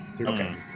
Okay